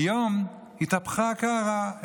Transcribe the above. היום התהפכה הקערה.